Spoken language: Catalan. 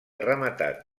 rematat